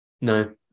No